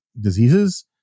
diseases